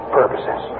purposes